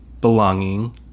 belonging